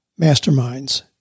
masterminds